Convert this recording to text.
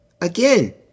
Again